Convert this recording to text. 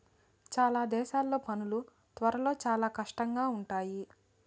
చాలా దేశాల్లో పనులు త్వరలో చాలా కష్టంగా ఉంటాయి